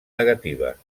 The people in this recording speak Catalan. negatives